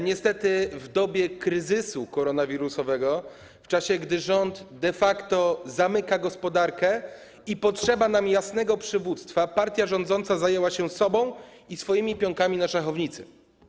Niestety w dobie kryzysu koronawirusowego, w czasie gdy rząd de facto zamyka gospodarkę i potrzeba nam jasnego przywództwa, partia rządząca zajęła się sobą i swoimi pionkami na szachownicy.